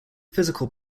physical